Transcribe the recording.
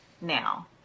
now